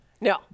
no